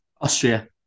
Austria